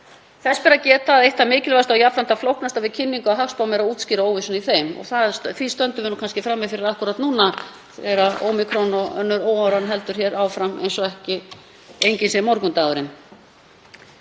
Þess ber að geta að eitt það mikilvægasta og jafnframt það flóknasta við kynningu á hagspám er að útskýra óvissuna í þeim. Því stöndum við kannski frammi fyrir akkúrat núna þegar ómíkron og önnur óáran heldur áfram eins og ekki enginn sé morgundagurinn.